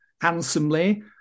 handsomely